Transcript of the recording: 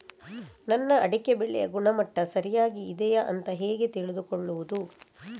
ನನ್ನ ಅಡಿಕೆ ಬೆಳೆಯ ಗುಣಮಟ್ಟ ಸರಿಯಾಗಿ ಇದೆಯಾ ಅಂತ ಹೇಗೆ ತಿಳಿದುಕೊಳ್ಳುವುದು?